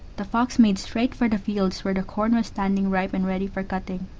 the fox made straight for the fields where the corn was standing ripe and ready for cutting.